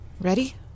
Ready